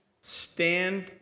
stand